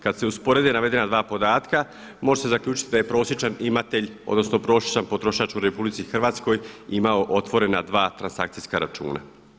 Kada se usporede navedena 2 podatka može se zaključiti da je prosječan imatelj, odnosno prosječan potrošač u RH imao otvorena dva transakcijska računa.